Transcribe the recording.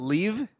Leave